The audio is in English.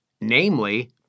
namely